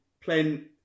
playing